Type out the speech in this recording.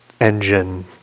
engine